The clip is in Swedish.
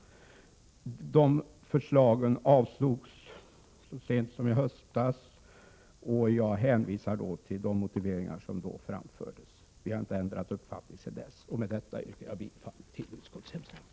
Förslagen i dessa frågor avslogs så sent som i höstas, och jag hänvisar till de motiveringar som då framfördes — utskottet har inte ändrat uppfattning sedan dess. Med detta yrkar jag bifall till utskottets hemställan.